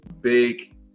big